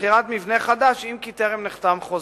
לשכירת מבנה חדש, אם כי טרם נחתם חוזה.